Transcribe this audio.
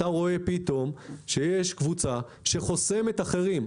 אתה רואה פתאום שיש קבוצה שחוסמת אחרים.